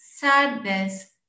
Sadness